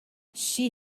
she